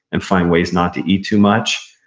and find ways not to eat too much.